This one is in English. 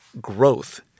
growth